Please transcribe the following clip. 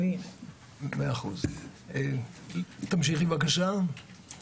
בטיחות המטופל היא אירוע מרכזי בכל טיפול שאנחנו רוצים להנחיל לציבור,